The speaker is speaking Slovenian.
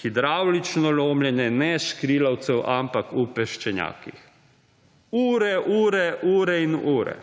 hidravlično lomljenje ne škrilavcev, ampak v peščenjakih ure ure in ure.